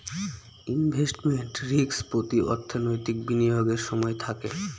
investment risk প্রতি অর্থনৈতিক বিনিয়োগের সময় থাকে